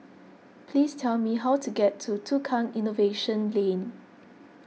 please tell me how to get to Tukang Innovation Lane